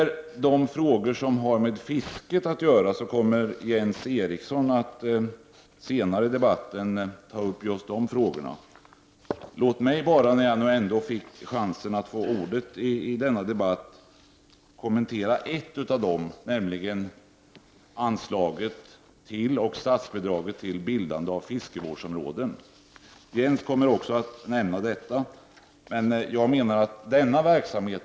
De frågor som har med fiske att göra kommer senare i debatten att beröras av Jens Eriksson. Låt mig bara, när jag nu har chansen, kommentera en enda fråga, nämligen anslaget till och statsbidraget till bildande av fiskevårdsområden. Jens Eriksson kommer också att diskutera denna fråga.